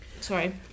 Sorry